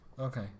Okay